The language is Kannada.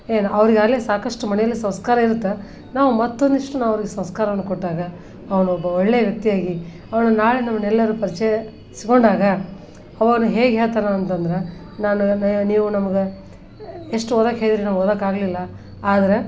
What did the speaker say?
ಏನು ಅವ್ರಿಗಾಗಲೇ ಸಾಕಷ್ಟು ಮನೆಯಲ್ಲಿ ಸಂಸ್ಕಾರ ಇರುತ್ತೆ ನಾವು ಮತ್ತೊಂದಿಷ್ಟು ನಾವು ಅವರಿಗೆ ಸಂಸ್ಕಾರವನ್ನು ಕೊಟ್ಟಾಗ ಅವನೊಬ್ಬ ಒಳ್ಳೆಯ ವ್ಯಕ್ತಿಯಾಗಿ ಅವನು ನಾಳೆ ನಮ್ಮನ್ನೆಲ್ಲಾರು ಪರಿಚಯಸ್ಕೊಂಡಾಗ ಅವನು ಹೇಗೆ ಹೇಳ್ತಾನಾ ಅಂತಂದರೆ ನಾನು ನೀವು ನಮ್ಗೆ ಎಷ್ಟು ಓದೋಕ್ ಹೇಳಿದರೂ ನಾವು ಓದೋಕ್ ಆಗಲಿಲ್ಲ ಆದ್ರೆ